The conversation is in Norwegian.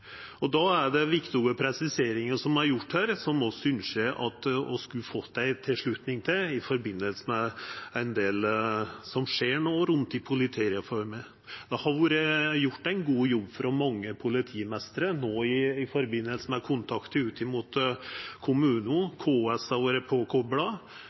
og den alminnelege velferda som § 1 i politilova skal vareta. Då er det viktig med den presiseringa som er gjord her, som vi ønskjer at vi kunne fått ei tilslutning til i samband med ein del som no skjer rundt politireforma. Det har vore gjort ein god jobb av mange politimeistrar i samband med kontakten ut mot kommunane.